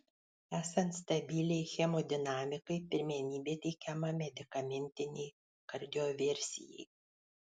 esant stabiliai hemodinamikai pirmenybė teikiama medikamentinei kardioversijai